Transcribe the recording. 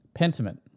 pentiment